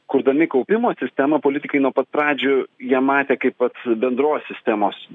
kurdami kaupimo sistemą politikai nuo pat pradžių ją matė kaip vat bendros sistemos